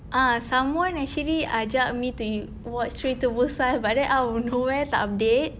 ah someone actually ajak me to watch train to busan but then out of nowhere tak update